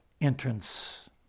entrance